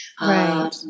right